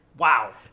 wow